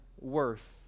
worth